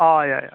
हय हय हय